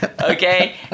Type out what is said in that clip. okay